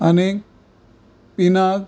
आनीक पिनाग्र